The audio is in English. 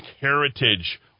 heritage